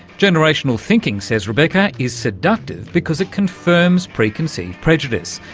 generational thinking, says rebecca, is seductive because it confirms preconceived prejudice,